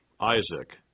Isaac